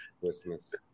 Christmas